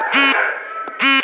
ಬೇಜಗಳಲ್ಲಿ ಎಷ್ಟು ವರ್ಗಗಳಿವೆ?